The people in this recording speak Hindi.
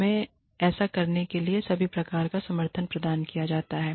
हमें ऐसा करने के लिए सभी प्रकार का समर्थन प्रदान किया जाता है